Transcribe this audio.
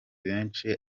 benshi